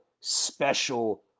special